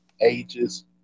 ages